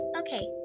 okay